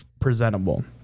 presentable